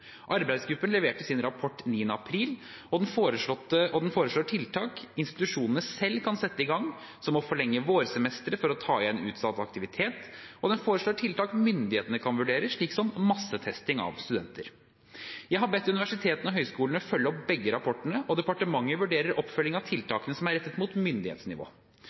Arbeidsgruppen leverte sin rapport 9. april, og den foreslår tiltak som institusjonene selv kan sette i gang, som å forlenge vårsemesteret for å ta igjen utsatt aktivitet, og den foreslår også tiltak myndighetene kan vurdere, som massetesting av studenter. Jeg har bedt universitetene og høyskolene følge opp begge rapportene, og departementet vurderer oppfølging av tiltakene som er rettet mot myndighetsnivå.